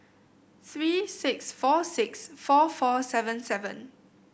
three six four six four four seven seven